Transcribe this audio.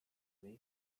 mean